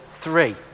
three